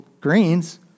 greens